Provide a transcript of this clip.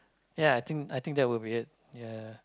ya I think I think that would be it ya